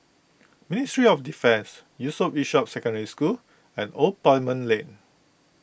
Ministry of Defence Yusof Ishak Secondary School and Old Parliament Lane